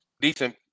decent